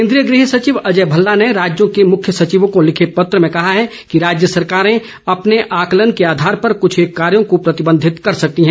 कोन्द्रीय गृह सचिव अजय भल्ला ने राज्यों के मुख्य सचिवों को लिखे पत्र में कहा है कि राज्य सरकारें अपने आकलन के आधार पर कुछेक कार्यो को प्रतिबंधित कर सकती हैं